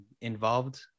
involved